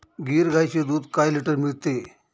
गीर गाईचे दूध काय लिटर मिळते?